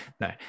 no